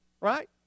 Right